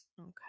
Okay